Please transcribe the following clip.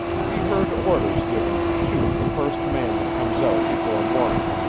we heard orders given to shoot the first man that comes out before morning,